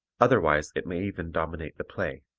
otherwise it may even dominate the play.